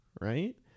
right